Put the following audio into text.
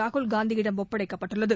ராகுல்காந்தியிடம் ஒப்படைக்கப்பட்டுள்ளது